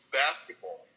basketball